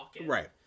Right